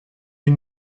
une